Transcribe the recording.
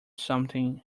something